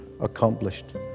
accomplished